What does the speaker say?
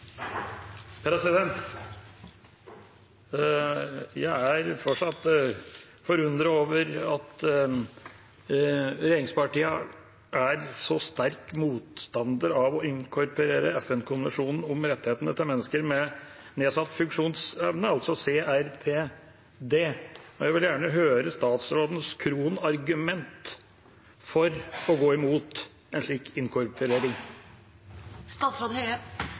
fortsatt forundret over at regjeringspartiene er så sterkt motstandere av å inkorporere FN-konvensjonen om rettighetene til mennesker med nedsatt funksjonsevne, altså CRPD. Jeg vil gjerne høre statsrådens kronargument for å gå imot en slik